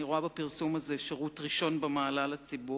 אני רואה בפרסום הזה שירות ראשון במעלה לציבור,